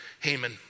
Haman